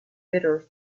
bitter